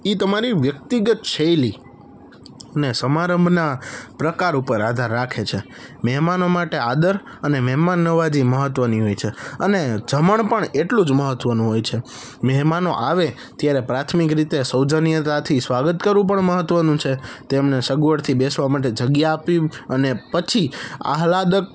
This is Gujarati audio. એ તમારી વ્યક્તિગત શૈલી અને સમારંભના પ્રકાર ઉપર આધાર રાખે છે મહેમાનો માટે આદર અને મહેમાન નવાજી મહત્વની હોય છે અને જમણ પણ એટલું જ મહત્વનું હોય છે મહેમાનો આવે ત્યારે પ્રાથમિક રીતે સ્વજનિયાથી સ્વાગત કરવું પણ મહત્વનું છે તેમને સગવડથી બેસવા માટે જગ્યા આપી અને પછી આહ્લાદક